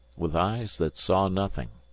with eyes that saw nothing.